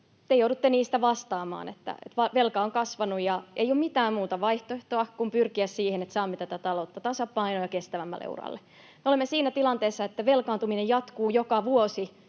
te joudutte siitä vastaamaan, että velka on kasvanut ja ei ole mitään muuta vaihtoehtoa kuin pyrkiä siihen, että saamme tätä taloutta tasapainoon ja kestävämmälle uralle. Me olemme siinä tilanteessa, että velkaantuminen jatkuu joka vuosi,